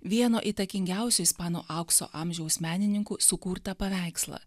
vieno įtakingiausių ispanų aukso amžiaus menininkų sukurtą paveikslą